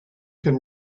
can